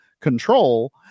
control